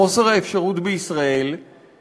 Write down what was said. לחוסר האפשרות לחסוך